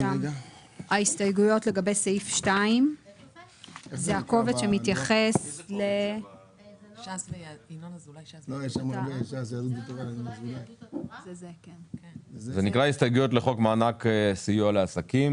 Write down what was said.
ההסתייגויות לגבי סעיף 2. זה נקרא הסתייגויות לחוק מענק סיוע לעסקים,